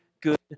good